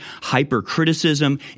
hypercriticism